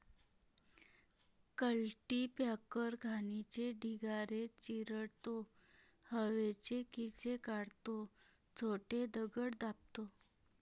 cultipacker घाणीचे ढिगारे चिरडतो, हवेचे खिसे काढतो, छोटे दगड दाबतो